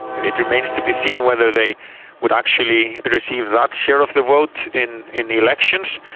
it remains to be seen whether they would actually receive that share of the vote in in the elections.